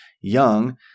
young